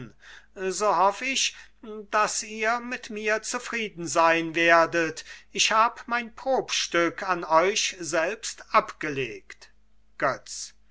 so hoff ich daß ihr mit mir zufrieden sein werdet ich hab mein probstück an euch selbst abgelegt götz